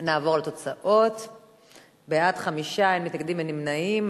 ההצעה להעביר את הצעת חוק חנייה לנכים (תיקון